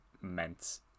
meant